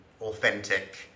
authentic